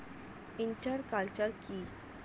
Inter culture কি?